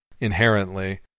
inherently